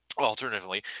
alternatively